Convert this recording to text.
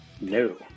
No